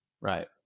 right